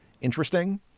interesting